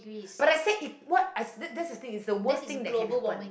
but I said it what I that's the thing it's the worst thing that can happen